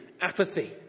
apathy